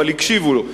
אבל הקשיבו לו.